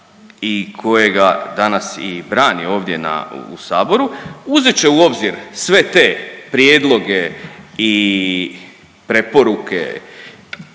i kojega danas i brani ovdje u Saboru uzet će u obzir sve te prijedloge i preporuke